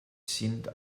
sind